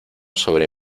sobre